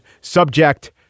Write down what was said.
subject